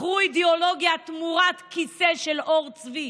מכרו אידיאולוגיה תמורת כיסא של עור צבי.